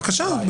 בבקשה.